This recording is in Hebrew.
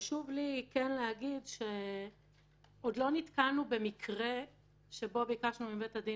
חשוב לי כן להגיד שעוד לא נתקלנו במקרה שבו ביקשנו מבית הדין